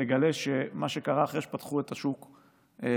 תגלה שמה שקרה אחרי שפתחו את השוק ליבוא,